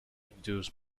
induce